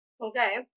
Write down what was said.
Okay